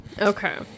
okay